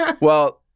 Well-